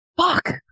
fuck